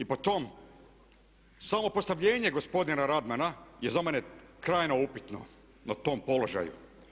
I po tom, samo postavljenje gospodina Radmana je za mene krajno upitno na tom položaju.